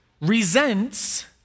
resents